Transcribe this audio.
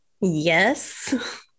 Yes